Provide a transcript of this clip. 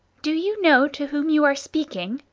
do you know to whom you are speaking!